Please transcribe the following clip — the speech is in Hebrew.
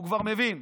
הוא כבר מבין.